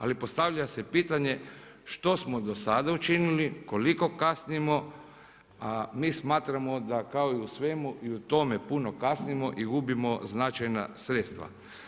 Ali postavlja se pitanje, što smo do sada učinili, koliko kasnimo, a mi smatramo, da kao i u svemu i u tome puno kasnimo i gubimo značajna sredstva.